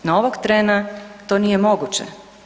No ovog trena to nije moguće.